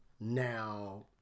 Now